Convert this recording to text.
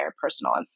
personal